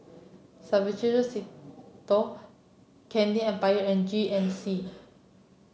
Suavecito Candy Empire and G N C